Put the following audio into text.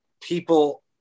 people